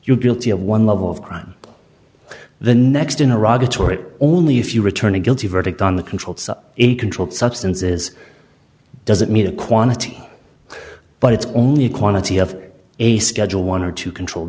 you're guilty of one level of crime the next in a rocket or it only if you return a guilty verdict on the control in a controlled substances doesn't mean a quantity but it's only a quantity of a schedule one or two controlled